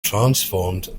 transformed